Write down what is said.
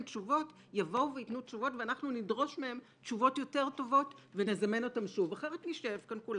אנחנו לא נוכל לתת פתחון פה לכל